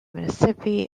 mississippi